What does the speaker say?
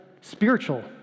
spiritual